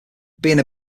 being